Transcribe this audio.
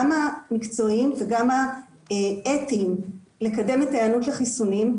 גם המקצועיים וגם האתיים לקדם את ההיענות לחיסונים,